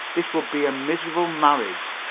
this would be a miserable marriage.